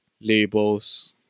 labels